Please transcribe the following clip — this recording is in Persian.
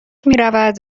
میرود